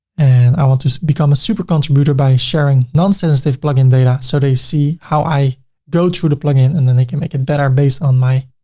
and i want to become a super-contributer by sharing nonsenstive plugin data so they see how i go through the plugin and then they can make it better based on my